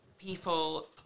people